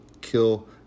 kill